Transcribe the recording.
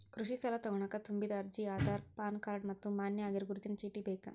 ಕೃಷಿ ಸಾಲಾ ತೊಗೋಣಕ ತುಂಬಿದ ಅರ್ಜಿ ಆಧಾರ್ ಪಾನ್ ಕಾರ್ಡ್ ಮತ್ತ ಮಾನ್ಯ ಆಗಿರೋ ಗುರುತಿನ ಚೇಟಿ ಬೇಕ